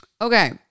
Okay